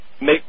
make